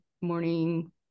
morning